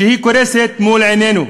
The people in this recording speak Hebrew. שקורסת מול עינינו,